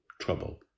trouble